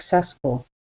successful